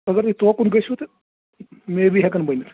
اگر تُہۍ توکُن گٔژھِو تہٕ مے بی ہٮ۪کن بٔنِتھ